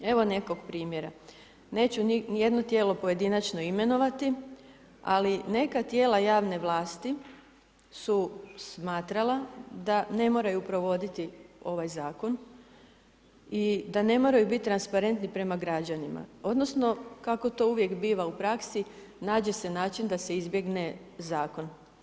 Evo nekog primjera, neću ni jedno tijelo pojedinačno imenovati ali neka tijela javne vlasti su smatrala da ne moraju provoditi ovaj zakon i da ne moraju biti transparentni prema građanima, odnosno kako to uvijek biva u praksi nađe se način da se izbjegne zakon.